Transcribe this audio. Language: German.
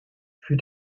für